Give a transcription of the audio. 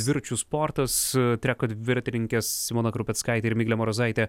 dviračių sportas treko dviratininkės simona krupeckaitė ir miglė marozaitė